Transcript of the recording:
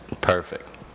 Perfect